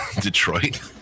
Detroit